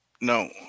No